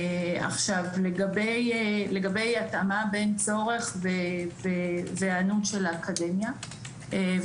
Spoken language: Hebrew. לגבי התאמה בין צורך והיענות של האקדמיה,